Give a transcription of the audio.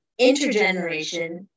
intergeneration